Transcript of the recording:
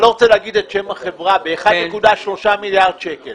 אני לא רוצה לומר את שם החברה בסכום של 1.3 מיליארד שקלים